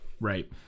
Right